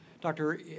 Doctor